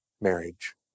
marriage